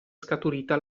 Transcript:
scaturita